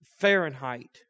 Fahrenheit